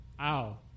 ow